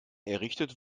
errichtet